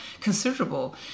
considerable